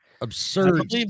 absurd